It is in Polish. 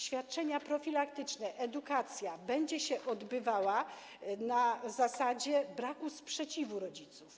Świadczenia profilaktyczne, edukacja, będą się odbywały na zasadzie braku sprzeciwu rodziców.